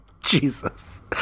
Jesus